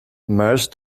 merge